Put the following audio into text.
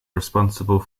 responsible